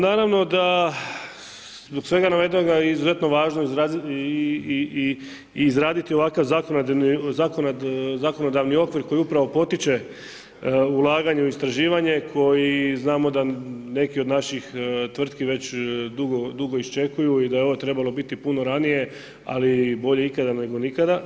Naravno da zbog svega navedenoga izuzetno je važno izraditi ovakav zakonodavni okvir koji upravo potiče ulaganje u istraživanje koji znamo da neki od naših tvrtki već dugo iščekuju i da je ovo trebalo biti puno ranije, ali bolje ikada nego nikada.